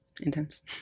intense